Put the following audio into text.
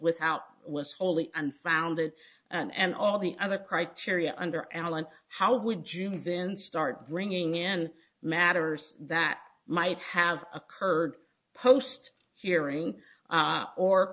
without was wholly unfounded and all the other criteria under alan how would you then start bringing in matters that might have occurred post hearing